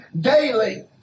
daily